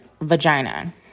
vagina